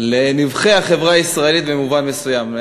לנבכי החברה הישראלית במובן מסוים,